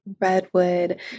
redwood